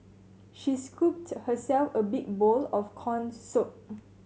she scooped herself a big bowl of corn soup